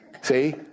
See